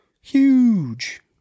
huge